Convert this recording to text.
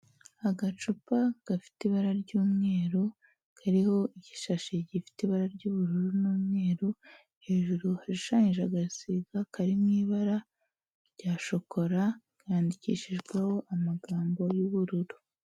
Agacupa gafite ibara ry'umweru, kariho igishashi gifite ibara ry'ubururu n'umweru, hejuru hashushanyije agasiga kari mu ibara rya shokora, kandikishijweho amagambo y'ubururu.